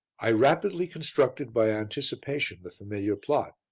i rapidly constructed by anticipation the familiar plot.